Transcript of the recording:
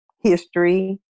history